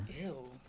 Ew